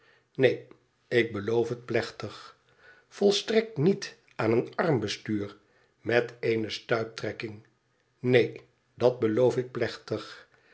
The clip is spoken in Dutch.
neen ik beloof het plechtig volstrekt niet aan een armbestuur met eene stuiptrekking neen dat beloof ik plechtig